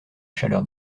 chaleur